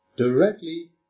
Directly